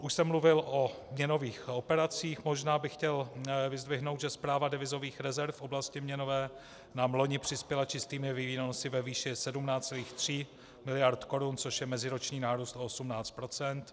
Už jsem mluvil o měnových operacích, možná bych chtěl vyzvednout, že správa devizových rezerv v oblasti měnové nám loni přispěla čistými výnosy ve výši 17,3 miliardy korun, což je meziroční nárůst o 18 %.